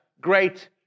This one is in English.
great